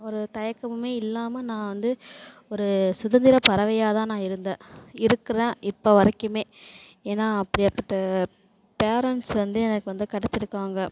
ஒரு தயக்கமுமே இல்லாமல் நான் வந்து ஒரு சுதந்திர பறவையாகதான் நான் இருந்தேன் இருக்கிறேன் இப்போ வரைக்குமே ஏனா அப்படியாப்பட்ட பேரன்ட்ஸ் வந்து எனக்கு வந்து கிடைச்சிருக்காங்க